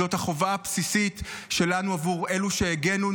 זאת החובה הבסיסית שלנו עבור אלו שהגנו,